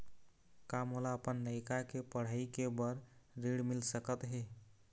का मोला अपन लइका के पढ़ई के बर ऋण मिल सकत हे?